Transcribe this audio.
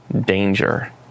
danger